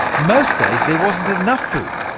most days, there wasn't enough food,